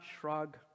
shrug